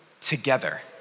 together